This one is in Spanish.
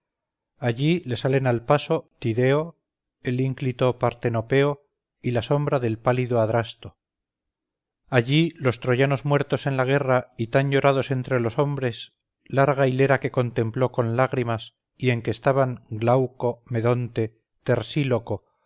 allí le salen al paso tideo el ínclito partenopeo y la sombra del pálido adrasto allí los troyanos muertos en la guerra y tan llorados entre los hombres larga hilera que contempló con lágrimas y en que estaban glauco medonte tersíloco los